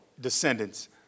descendants